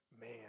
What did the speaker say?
man